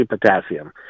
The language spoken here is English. potassium